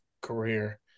career